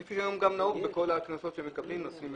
כפי שנהוג בכל הקנסות שמוטלים.